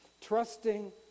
trusting